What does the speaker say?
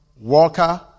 Walker